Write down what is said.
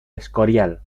escorial